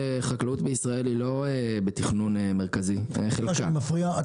חקלאות בישראל היא לא בתכנון מרכזי --- סליחה שאני מפריע.